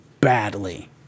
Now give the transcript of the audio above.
badly